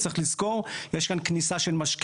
צריך לזכור, יש כאן כניסה של משקיעים.